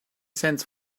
sends